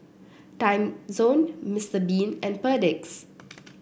Timezone Mister Bean and Perdix